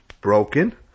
broken